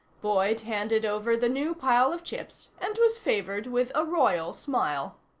boyd handed over the new pile of chips, and was favored with a royal smile.